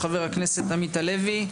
של חבר הכנסת עמית הלוי,